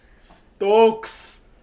Stokes